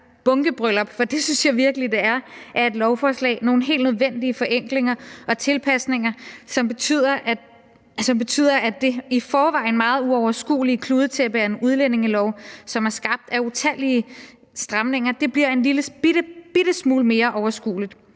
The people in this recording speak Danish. bunkebryllup – for det synes jeg virkelig det er – af et lovforslag nogle helt nødvendige forenklinger og tilpasninger, som betyder, at det i forvejen meget uoverskuelige kludetæppe af en udlændingelov, som er skabt af utallige stramninger, bliver en lillebitte smule mere overskueligt.